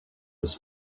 was